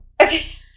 Okay